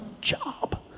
job